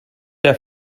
der